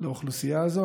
לאוכלוסייה זו.